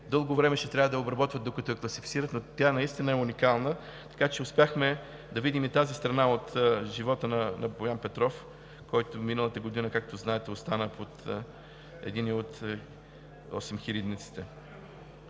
дълго време ще трябва да обработват, докато я класифицират, но тя наистина е уникална. Така че успяхме да се види и тази страна от живота на Боян Петров, който миналата година, както знаете, остана под единия от осемхилядниците.